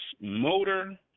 motor